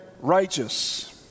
righteous